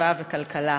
סביבה וכלכלה.